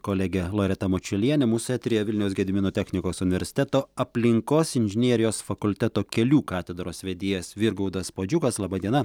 kolegė loreta mačiulienė mūsų eteryje vilniaus gedimino technikos universiteto aplinkos inžinerijos fakulteto kelių katedros vedėjas virgaudas puodžiukas laba diena